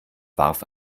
warf